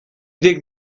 dig